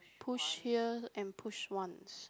push here and push once